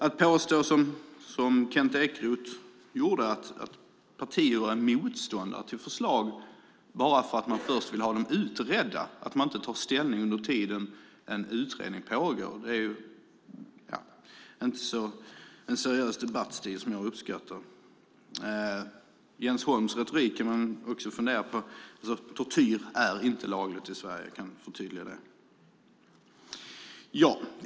Att, som Kent Ekeroth, påstå att partier är motståndare till förslag bara för att man först vill ha dem utredda och inte tar ställning under den tid en utredning pågår är inte en seriös debattstil som jag uppskattar. Man kan också fundera över Jens Holms retorik. Tortyr är inte lagligt i Sverige. Jag kan förtydliga det.